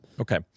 Okay